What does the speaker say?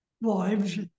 wives